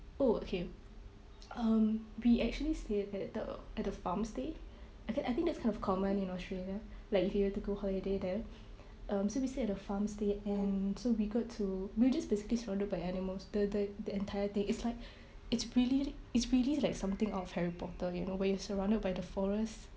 oh okay um we actually stayed at the at the farm stay I th~ I think that's kind of common in Australia like if you were to go holiday there um so we stay at the farm stay and so we got to we were just basically surrounded by animals the the the entire day it's like it's really it's really like something of harry potter you know where you're surrounded by the forest